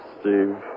Steve